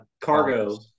Cargo